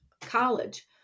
college